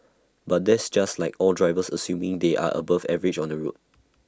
but that's just like all drivers assuming they are above average on the road